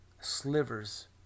Slivers